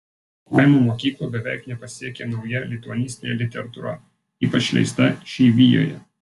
kaimo mokyklų beveik nepasiekia nauja lituanistinė literatūra ypač leista išeivijoje